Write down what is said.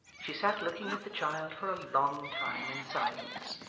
she sat looking at the child for a long time in silence,